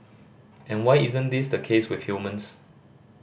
and why isn't this the case with humans